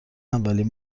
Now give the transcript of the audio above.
اولین